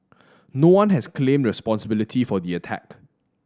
no one has claimed responsibility for the attack